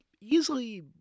easily